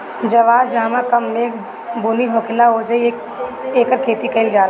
जवार जहवां कम मेघ बुनी होखेला ओहिजे एकर खेती कईल जाला